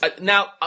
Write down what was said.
Now